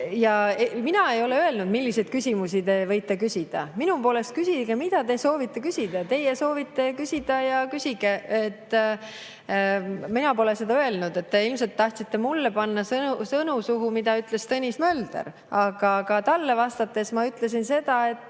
Mina ei ole öelnud, milliseid küsimusi te võite küsida. Minu poolest küsige, mida te soovite küsida. Teie soovite küsida ja küsige. Mina pole seda öelnud. Te ilmselt tahtsite mulle panna suhu neid sõnu, mida ütles Tõnis Mölder. Aga ka talle vastates ma ütlesin, et